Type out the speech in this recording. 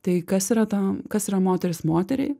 tai kas yra ta kas yra moteris moteriai